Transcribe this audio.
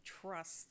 trust